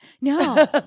No